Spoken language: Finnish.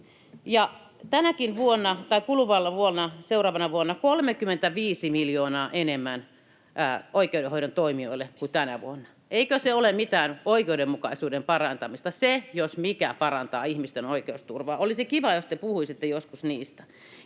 ruuhkan purkuun, ja seuraavana vuonna 35 miljoonaa enemmän oikeudenhoidon toimijoille kuin tänä vuonna. Eikö se ole mitään oikeudenmukaisuuden parantamista? Se, jos mikä, parantaa ihmisten oikeusturvaa. Olisi kiva, jos te puhuisitte joskus niistä.